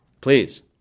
Please